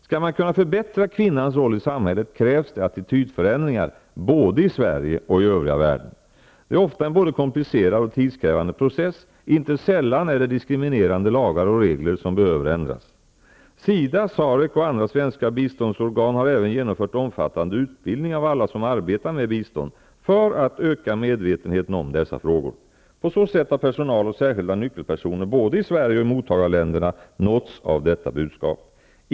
Skall man kunna förbättra kvinnans roll i samhället krävs det attitydförändringar, både i Sverige och i övriga världen. Det är ofta en både komplicerad och tidskrävande process. Inte sällan är det diskriminerande lagar och regler som behöver ändras. SIDA, SAREC och andra svenska biståndsorgan har även genomfört omfattande utbildning av alla som arbetar med bistånd, för att öka medvetenheten om dessa frågor. På så sätt har personal och särskilda nyckelpersoner både i Sverige och i mottagarländerna nåtts av detta budskap.